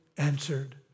answered